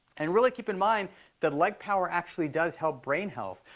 and really keep in mind that leg power actually does help brain health.